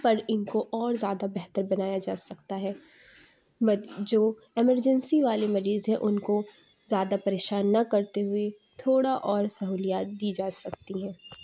پر ان کو اور زیادہ بہتر بنایا جا سکتا ہے بٹ جو ایمرجنسی والے مریض ہیں ان کو زیادہ پریشان نہ کرتے ہوئے تھوڑا اور سہولیات دی جا سکتی ہیں